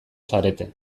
zarete